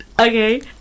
Okay